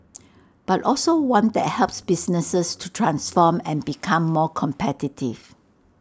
but also one that helps businesses to transform and become more competitive